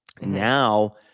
Now